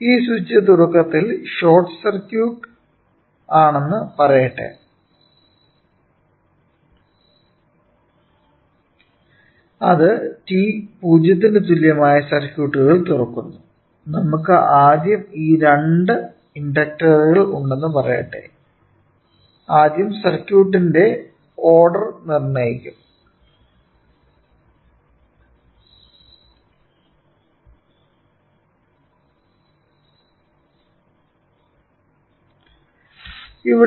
ഈ സ്വിച്ച് തുടക്കത്തിൽ short circuit ആണെന്ന് പറയട്ടെ അത് t 0 ന് തുല്യമായ സർക്യൂട്ടുകൾ തുറക്കുന്നു നമുക്ക് ആദ്യം ഈ രണ്ട് ഇൻഡക്ടറുകൾ ഉണ്ടെന്ന് പറയട്ടെ ആദ്യം സർക്യൂട്ടിന്റെ ക്രമം നിർണ്ണയിക്കും അത് ഉടൻ വരും